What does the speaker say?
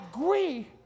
agree